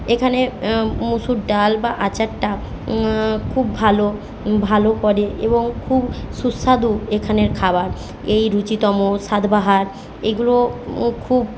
এখানে মুসুর ডাল বা আচারটা খুব ভালো ভালো করে এবং খুব সুস্বাদু এখানের খাবার এই রুচিতম সাতবাহার এগুলো খুব